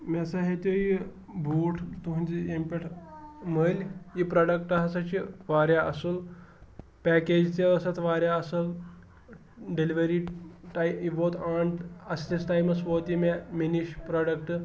مےٚ ہَسا ہیٚتو یہِ بوٗٹھ تُہٕنٛدِ ییٚمہِ پٮ۪ٹھ مٔلۍ یہِ پرٛوڈَکٹ ہَسا چھِ واریاہ اَصٕل پیکیج تہِ ٲس اَتھ واریاہ اَصٕل ڈیٚلؤری ٹا یہِ ووت آن اَصلِس ٹایمَس ووت یہِ مےٚ مےٚ نِش پرٛوڈَکٹ